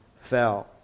fell